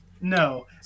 No